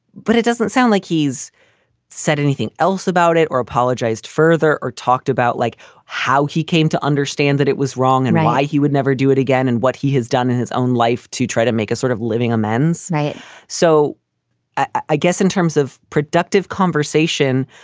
but it doesn't sound like he's said anything else about it or apologized further or talked about like how he came to understand that it was wrong and why he would never do it again and what he has done in his own life to try to make a sort of living amends. right so i guess in terms of productive conversation,